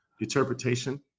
interpretation